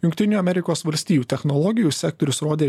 jungtinių amerikos valstijų technologijų sektorius rodė